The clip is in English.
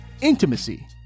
intimacy